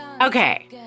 Okay